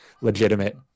legitimate